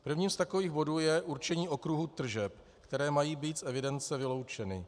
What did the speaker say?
Prvním z takových bodů je určení okruhu tržeb, které mají být z evidence vyloučeny.